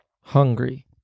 hungry